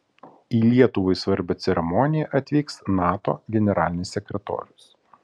į lietuvai svarbią ceremoniją atvyks nato generalinis sekretorius